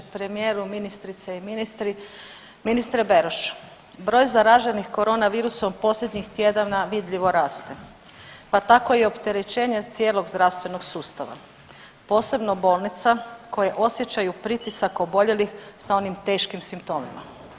Premijeru, ministrice i ministri, ministre Beroš broj zaraženih Corona virusom posljednjih tjedana vidljivo raste pa tako i opterećenje cijelog zdravstvenog sustava, posebno bolnica koje osjećaju pritisak oboljelih sa onim teškim simptomima.